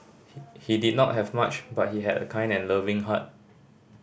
he he did not have much but he had a kind and loving heart